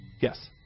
yes